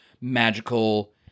magical